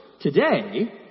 today